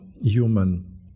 human